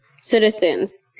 citizens